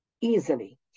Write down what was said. easily